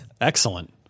Excellent